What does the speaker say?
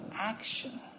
action